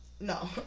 No